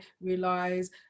realize